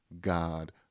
God